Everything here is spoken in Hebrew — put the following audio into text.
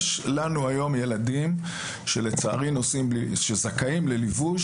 יש לנו היום ילדים שזכאים לליווי,